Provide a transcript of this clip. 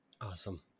awesome